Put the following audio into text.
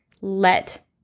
let